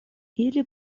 ili